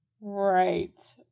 right